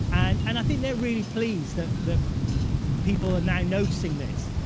and and i think they're really pleased that that people are now noticing this.